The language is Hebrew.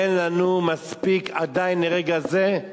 אין לנו עדיין, מספיק, נכון לרגע זה,